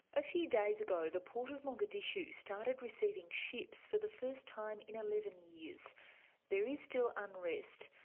a few days ago, the port of mogadishu started receiving ships for the first time in eleven years. there is still unrest,